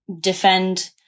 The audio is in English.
defend